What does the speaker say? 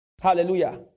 Hallelujah